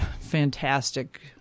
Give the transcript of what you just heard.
fantastic